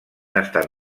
estat